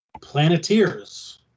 Planeteers